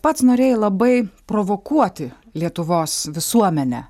pats norėjai labai provokuoti lietuvos visuomenę